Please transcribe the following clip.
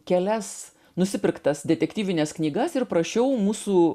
kelias nusipirktas detektyvines knygas ir prašiau mūsų